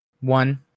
one